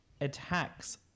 attacks